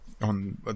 on